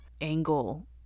angle